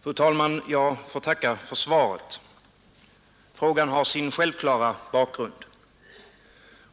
Fru talman! Jag får tacka för svaret. Frågan har sin självklara bakgrund.